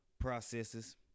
processes